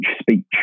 speech